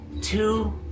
two